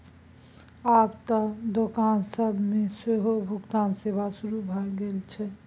आब त दोकान सब मे सेहो भुगतान सेवा शुरू भ गेल छै